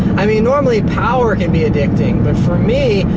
i mean, normally power can be addicting, but for me,